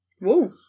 Whoa